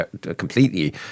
completely